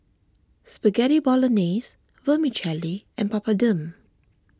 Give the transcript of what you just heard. Spaghetti Bolognese Vermicelli and Papadum